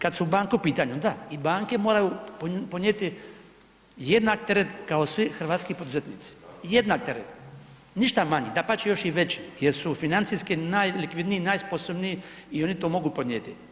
Kad su banke u pitanju, da, i banke moraju podnijeti jednak teret kao svi hrvatski poduzetnici, jednak teret, ništa manje, dapače, još i veći jer su financijski najlikvidniji, najsposobniji i one to mogu podnijeti.